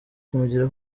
kumugira